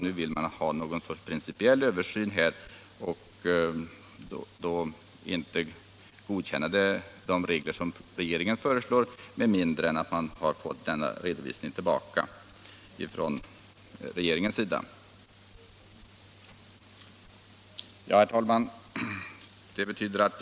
Nu önskar de få en principiell översyn, och de vill inte godkänna de regler som regeringen föreslår med mindre denna översyn gjorts av regeringen. Herr talman!